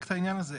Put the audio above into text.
את העניין הזה.